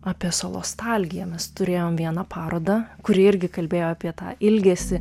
apie solostalgiją mes turėjom vieną parodą kuri irgi kalbėjo apie tą ilgesį